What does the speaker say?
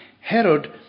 Herod